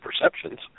perceptions